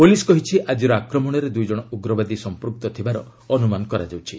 police କହିଛି ଆକିର ଆକ୍ରମଣରେ ଦୁଇ ଜଣ ଉଗ୍ରବାଦୀ ସମ୍ପୁକ୍ତ ଥିବାର ଅନୁମାନ କରାଯାଉଛି